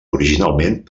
originalment